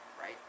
right